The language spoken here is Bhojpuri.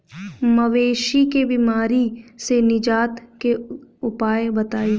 मवेशी के बिमारी से निजात के उपाय बताई?